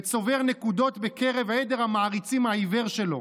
וצובר נקודות בקרב עדר המעריצים העיוור שלו,